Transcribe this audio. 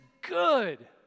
good